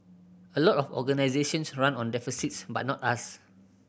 a lot of organisations run on deficits but not us